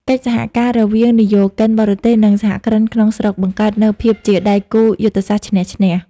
កិច្ចសហការរវាងវិនិយោគិនបរទេស និងសហគ្រិនក្នុងស្រុក បង្កើតនូវភាពជាដៃគូយុទ្ធសាស្ត្រឈ្នះ-ឈ្នះ។